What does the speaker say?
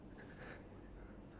right let me count